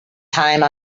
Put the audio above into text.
time